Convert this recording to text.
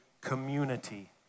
community